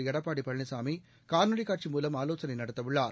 எடப்பாடி பழனிசாமி காணொலிக் காட்சி மூலம் ஆலோசனை நடத்தவுள்ளார்